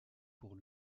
pour